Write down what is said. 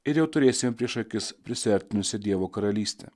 ir jau turėsime prieš akis prisiartinusią dievo karalystę